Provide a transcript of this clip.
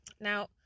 Now